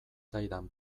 zaidan